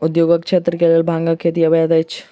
उद्योगक क्षेत्र के लेल भांगक खेती वैध अछि